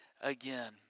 again